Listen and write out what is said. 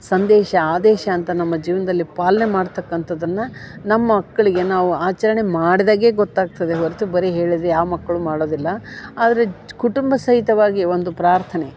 ಸಂದೇಶ ಆದೇಶ ಅಂತ ನಮ್ಮ ಜೀವನದಲ್ಲಿ ಪಾಲನೆ ಮಾಡ್ತಕ್ಕಂಥದ್ದನ್ನ ನಮ್ಮ ಮಕ್ಕಳಿಗೆ ನಾವು ಆಚರಣೆ ಮಾಡ್ಡಗೇ ಗೊತ್ತಾಗ್ತದೆ ಹೊರ್ತು ಬರೇ ಹೇಳಿದ್ವಿ ಯಾವ ಮಕ್ಕಳು ಮಾಡೋದಿಲ್ಲ ಆದರೆ ಜ್ ಕುಟುಂಬ ಸಹಿತವಾಗಿ ಒಂದು ಪ್ರಾರ್ಥನೆ